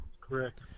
Correct